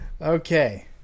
Okay